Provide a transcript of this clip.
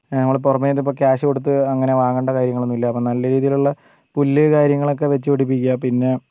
നമ്മൾ പുറമെ ഇതിപ്പം ക്യാഷ് കൊടുത്ത് അങ്ങനെ വാങ്ങണ്ട കാര്യങ്ങളൊന്നുവില്ല അപ്പം നല്ല രീതിയിലുള്ള പുല്ല് കാര്യങ്ങളൊക്കെ വെച്ച് പിടിപ്പിക്കുക പിന്നെ